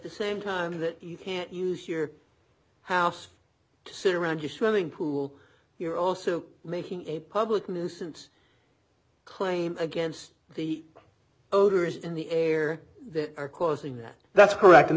the same time that you can't use your house to sit around you swimming pool you're also making a public nuisance claim against the odors in the air that are causing that that's correct and